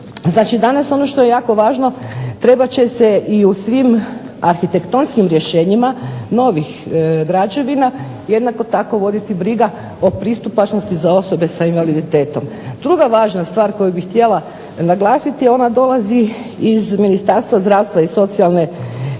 danas ono što je jako važno trebat će se i u svim arhitektonskim rješenjima novih građevina jednako tako voditi briga o pristupačnosti za osobe sa invaliditetom. Druga važna stvar koju bih htjela naglasiti, ona dolazi iz Ministarstva zdravstva i socijalne